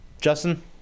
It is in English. Justin